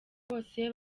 bose